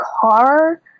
car